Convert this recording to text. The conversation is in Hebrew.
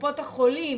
קופות החולים,